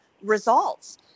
results